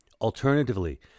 Alternatively